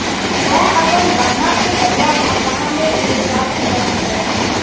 मै अपन गहना के बदला मा कहाँ ले ऋण प्राप्त कर सकत हव?